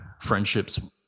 friendships